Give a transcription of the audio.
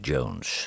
Jones